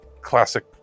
classic